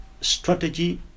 strategy